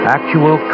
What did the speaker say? Actual